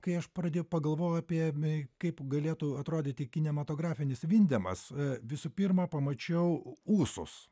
kai aš pradėjau pagalvojau apie mei kaip galėtų atrodyti kinematografinis vindemas visų pirma pamačiau ūsus